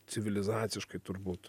civilizaciškai turbūt